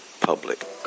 Public